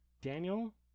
Daniel